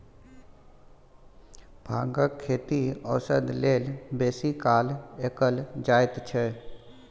भांगक खेती औषध लेल बेसी काल कएल जाइत छै